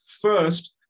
first